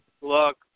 look